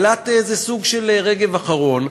אילת זה סוג של רגב אחרון,